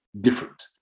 different